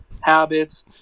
habits